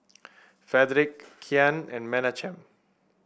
Fredric Kian and Menachem